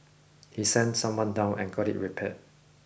he sent someone down and got it repaired